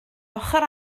ochr